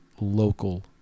local